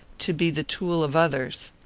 to be the tool of others.